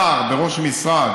שר בראש משרד,